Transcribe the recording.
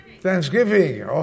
Thanksgiving